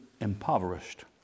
impoverished